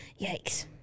Yikes